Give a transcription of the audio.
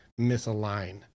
misalign